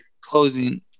closing